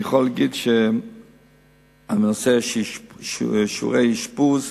אני יכול להגיד שהנושא של שיעורי אשפוז,